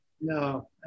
No